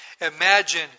imagine